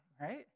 right